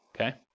okay